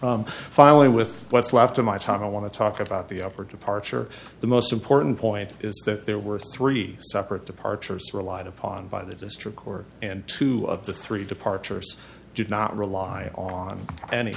n finally with what's left of my time i want to talk about the upper departure the most important point is that there were three separate departures relied upon by the district court and two of the three departures did not rely on any